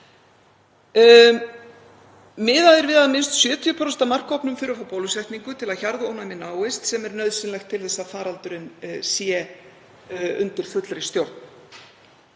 Miðað er við að minnst 70% af markhópnum þurfi að fá bólusetningu til að hjarðónæmi náist, sem er nauðsynlegt til að faraldurinn sé undir fullri stjórn.